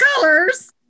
colors